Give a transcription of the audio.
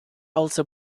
also